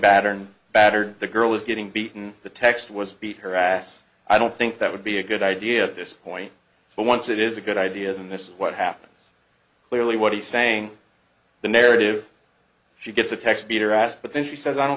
battered battered the girl is getting beaten the text was beat her ass i don't think that would be a good idea at this point but once it is a good idea then this is what happens clearly what he's saying the narrative she gets a text peter asked but then she says i don't